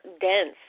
dense